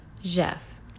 Jeff